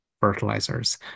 fertilizers